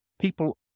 people